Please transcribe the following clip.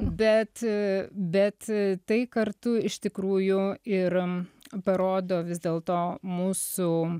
bet bet tai kartu iš tikrųjų ir parodo vis dėl to mūsų